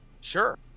Sure